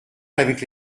avec